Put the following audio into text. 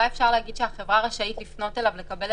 של החברות שנכנסו למשבר בגלל הקורונה.